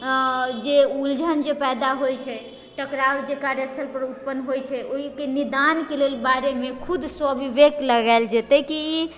जे उलझन जे पैदा होइ छै टकराव जे कार्यस्थलपर उत्पन्न होइ छै ओइके निदानके लेल बारेमे खुद स्वविवेक लगायल जेतै कि ई